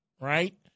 right